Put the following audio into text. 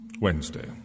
Wednesday